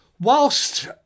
whilst